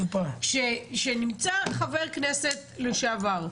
כשנמצא חבר הכנסת לשעבר,